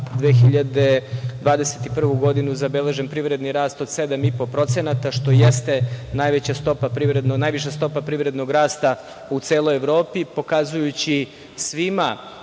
2021. godinu zabeležen privredni rast od 7,5%, što jeste najviša stopa privrednog rasta u celoj Evropi, pokazujući svima